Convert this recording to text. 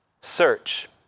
Search